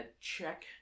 check